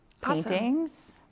paintings